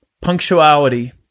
Punctuality